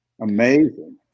amazing